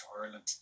ireland